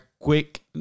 quick